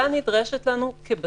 נכון, ההכרזה נדרשת לנו כבסיס.